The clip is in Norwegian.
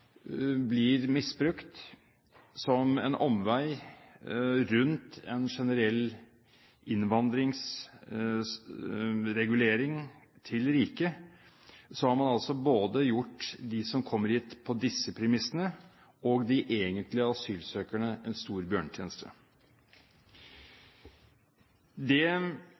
blir misbrukt som en omvei – rundt en generell innvandringsregulering – til riket, har man gjort både de som kommer hit på disse premissene, og de egentlige asylsøkerne en stor bjørnetjeneste. Det